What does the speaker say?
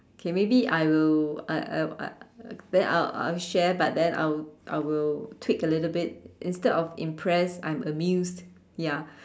okay maybe I will I I I then I I will share but then I will I will take a little bit instead of impressed I'm amused ya